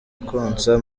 konsa